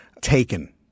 taken